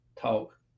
talk